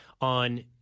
on